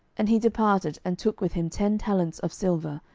and he departed, and took with him ten talents of silver,